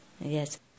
Yes